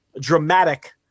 dramatic